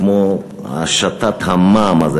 כמו השתת המע"מ הזה,